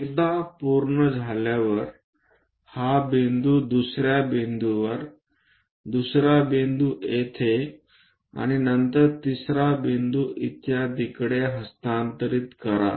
एकदा पूर्ण झाल्यावर हा बिंदू दुसर्या बिंदूवर दुसरा बिंदू येथे आणि नंतर तिसरा बिंदू इत्यादीकडे हस्तांतरित करा